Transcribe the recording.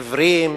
עיוורים,